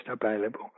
available